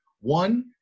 One